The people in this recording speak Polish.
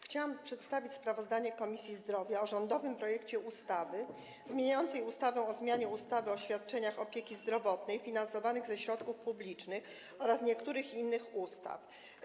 Chciałam przedstawić sprawozdanie Komisji Zdrowia o rządowym projekcie ustawy zmieniającej ustawę o zmianie ustawy o świadczeniach opieki zdrowotnej finansowanych ze środków publicznych oraz niektórych innych ustaw.